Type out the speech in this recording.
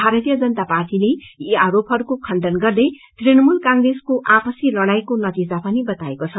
भारतीय जनता पार्टीले यी आरोपहरूको खण्डन गर्दै तृणमूल कांग्रेसको आपसी लड़ाईको नतीजा भनी बतएको छ